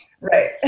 Right